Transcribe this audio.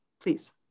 please